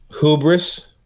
hubris